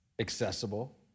accessible